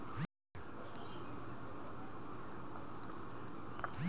जेतना पइसा बैंक से निकाले के बा लिख चेक पर लिख द